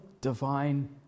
divine